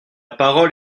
parole